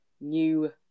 new